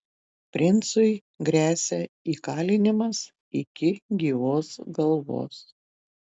princui gresia įkalinimas iki gyvos galvos